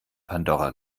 pandora